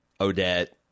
odette